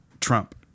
Trump